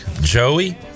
Joey